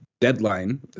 deadline